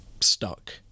stuck